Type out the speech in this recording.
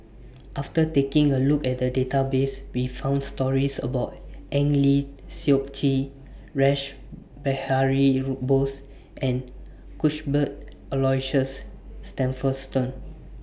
after taking A Look At The Database We found stories about Eng Lee Seok Chee Rash Behari Bose and Cuthbert Aloysius Shepherdson